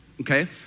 Okay